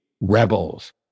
Rebels